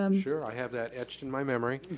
um sure, i have that etched in my memory.